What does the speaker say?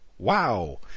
wow